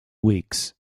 weeks